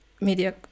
media